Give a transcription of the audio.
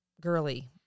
girly